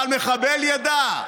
אבל מחבל ידע,